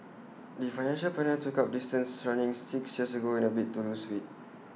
the financial planner took up distance running six years ago in A bid to lose weight